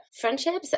friendships